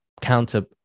counter